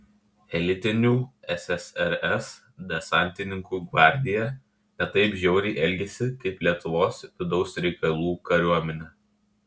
elitinių ssrs desantininkų gvardija ne taip žiauriai elgėsi kaip lietuvos vidaus reikalų kariuomenė